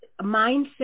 mindset